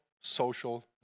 social